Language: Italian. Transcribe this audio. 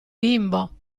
bimbo